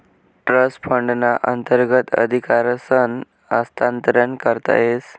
trust फंडना अंतर्गत अधिकारसनं हस्तांतरण करता येस